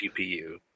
GPU